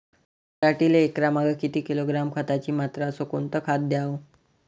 पराटीले एकरामागं किती किलोग्रॅम खताची मात्रा अस कोतं खात द्याव?